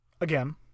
again